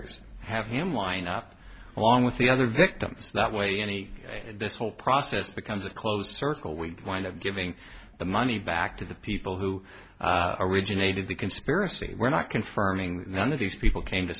coconspirators have him line up along with the other victims that way any and this whole process becomes a closed circle we wind up giving the money back to the people who originated the conspiracy we're not confirming that none of these people came to